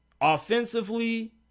offensively